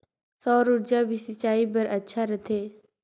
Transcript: सौर ऊर्जा भी सिंचाई बर अच्छा रहथे?